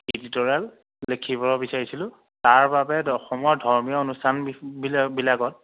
editorial লিখিবলৈ বিচাৰিছিলোঁ তাৰ বাবে অসমত ধৰ্মীয় অনুষ্ঠান বিলাকত